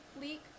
leak